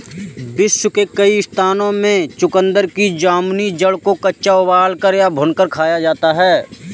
विश्व के कई स्थानों में चुकंदर की जामुनी जड़ को कच्चा उबालकर या भूनकर खाया जाता है